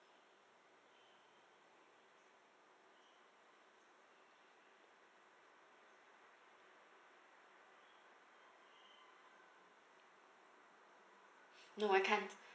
no I can't